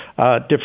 Different